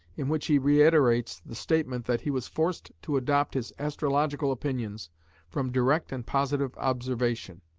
in which he reiterates the statement that he was forced to adopt his astrological opinions from direct and positive observation.